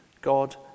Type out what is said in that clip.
God